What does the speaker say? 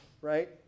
right